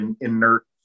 inert